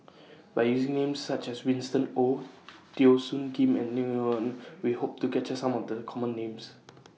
By using Names such as Winston Oh Teo Soon Kim and We Hope to capture Some of The Common Names